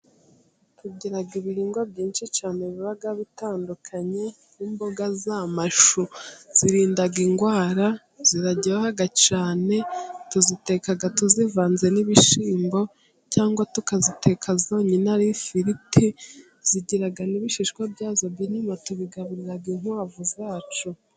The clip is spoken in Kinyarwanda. Tugira ibihingwa byinshi cyane biba bitandukanye, nk'imboga z'amashu zirinda indwara, ziraryoha cyane tuziteka tuzivanze n'ibishyimbo cyangwa tukaziteka zonyine ari ifiriti. Zigira n'ibishishwa byazo by'inyuma tubigaburira inkwavu zacu.